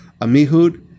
Amihud